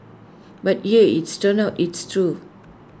but yeah it's turns out it's true